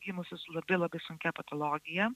gimusi su labai labai sunkia patologija